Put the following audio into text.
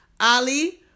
Ali